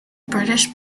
british